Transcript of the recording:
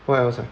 what else uh